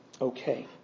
okay